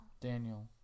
Daniel